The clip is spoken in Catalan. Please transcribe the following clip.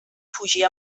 fugir